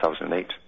2008